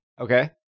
Okay